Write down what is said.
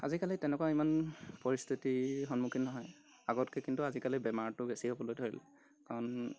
আজিকালি তেনেকুৱা ইমান পৰিস্থিতিৰ সন্মুখীন নহয় আগতকৈ কিন্তু আজিকালি বেমাৰটো বেছি হ'বলৈ ধৰিল কাৰণ